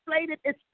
inflated